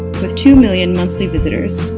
with two million monthly visitors,